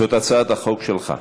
זאת הצעת החוק שלך,